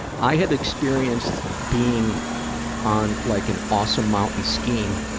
i had experienced being on like an awesome mountain skiing,